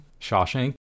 Shawshank